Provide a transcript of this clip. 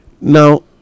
now